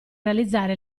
realizzare